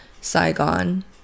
Saigon